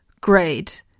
great